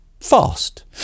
Fast